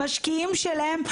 המשקיעים שלהם,